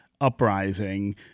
uprising